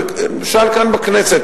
ושאל כאן בכנסת,